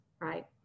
right